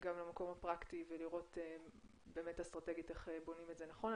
גם למקום הפרקטי ולראות באמת אסטרטגית איך בונים את זה נכון.